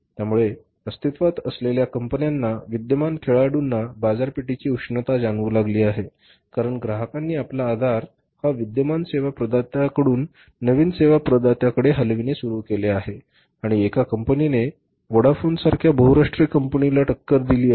त्यामुळे अस्तित्वात असलेल्या कंपन्यांना विद्यमान खेळाडूंना बाजारपेठेची उष्णता जाणवू लागली आहे कारण ग्राहकांनी आपला आधार हा विद्यमान सेवा प्रदात्याकडून नवीन सेवा प्रदात्याकडे हलविणे सुरू केले आहे आणि एका कंपनीने व्होडाफोन सारख्या बहुराष्ट्रीय कंपनीला टक्कर दिली आहे